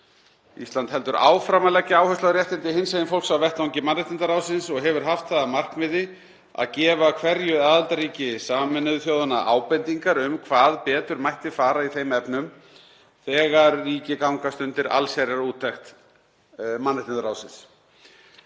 Ísland heldur áfram að leggja áherslu á réttindi hinsegin fólks á vettvangi mannréttindaráðsins og hefur haft það að markmiði að gefa hverju aðildarríki Sameinuðu þjóðanna ábendingar um hvað betur mætti fara í þeim efnum þegar ríki gangast undir allsherjarúttekt mannréttindaráðsins.